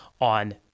on